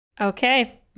Okay